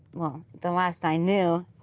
well, the last i knew.